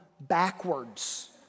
backwards